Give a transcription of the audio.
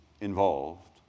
involved